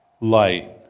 light